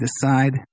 decide